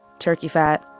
turkey fat,